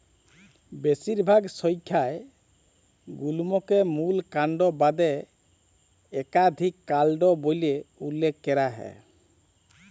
বেশিরভাগ সংখ্যায় গুল্মকে মূল কাল্ড বাদে ইকাধিক কাল্ড ব্যইলে উল্লেখ ক্যরা হ্যয়